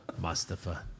Mustafa